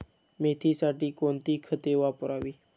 मेथीसाठी कोणती खते वापरावी?